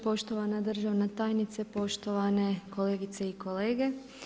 Poštovana državna tajnice, poštovane kolegice i kolege.